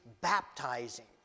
baptizing